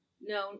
No